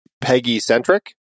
Peggy-centric